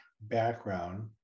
background